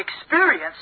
experience